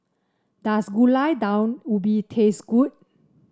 does Gulai Daun Ubi taste good